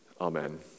Amen